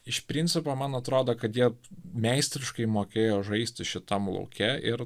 iš principo man atrodo kad jie meistriškai mokėjo žaisti šitam lauke ir